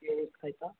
ठीक हय तऽ